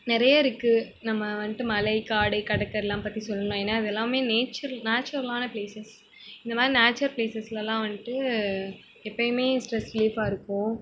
நிறைய இருக்குது நம்ம வந்துட்டு மலை காடு கடற்கரைலாம் பற்றி சொல்லணும்னா ஏன்னா அதெல்லாமே நேச்சுரல் நேச்சுரலான ப்ளேஸஸ் இந்தமாதிரி நேச்சுர் ப்ளேஸஸுலலாம் வந்துட்டு எப்பயுமே ஸ்ட்ரெஸ் ரிலீஃப்பாக இருக்கும்